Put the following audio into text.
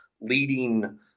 leading